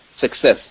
success